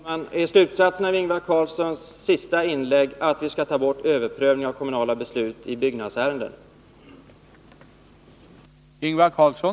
Herr talman! Slutsatsen av Ingvar Carlssons sista inlägg är att vi skall ta bort överprövning av kommunala beslut i byggnadsärenden.